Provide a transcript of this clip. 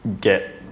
get